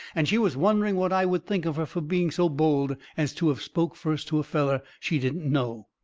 and she was wondering what i would think of her fur being so bold as to of spoke first to a feller she didn't know.